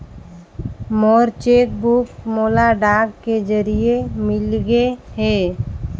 मोर cheque book मोला डाक के जरिए मिलगे हे